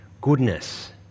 goodness